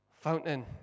fountain